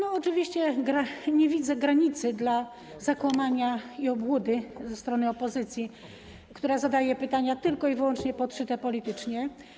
Oczywiście nie widzę granicy dla zakłamania i obłudy ze strony opozycji, która zadaje pytania tylko i wyłącznie podszyte politycznie.